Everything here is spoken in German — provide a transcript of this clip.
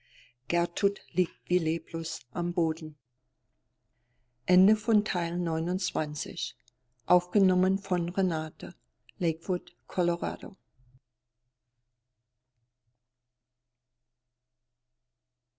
liegt wie leblos am boden